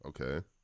Okay